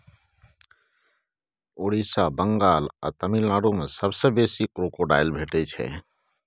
ओड़िसा, बंगाल आ तमिलनाडु मे सबसँ बेसी क्रोकोडायल भेटै छै